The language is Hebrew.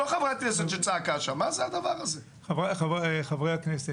חברי הכנסת,